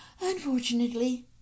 unfortunately